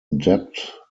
debt